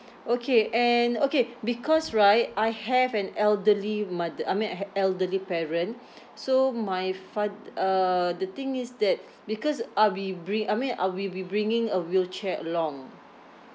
okay and okay because right I have an elderly mother I mean I ha~ elderly parent so my fat~ uh the thing is that because I'll be bring I mean uh we'll be bringing a wheelchair along